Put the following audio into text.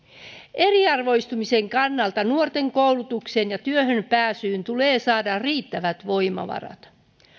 eriarvoistumisen kannalta nuorten koulutukseen ja työhön pääsyyn tulee saada riittävät voimavarat